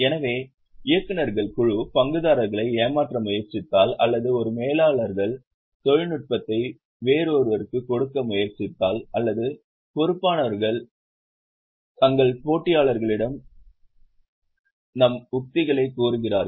எனவே இயக்குநர்கள் குழு பங்குதாரர்களை ஏமாற்ற முயற்சித்தால் அல்லது ஒரு மேலாளர்கள் தொழில்நுட்பத்தை வேறொருவருக்குக் கொடுக்க முயற்சித்தால் அல்லது பொறுப்பானவர்கள் எங்கள் போட்டியாளர்களிடம் எங்கள் உத்திகளைக் கூறுகிறார்கள்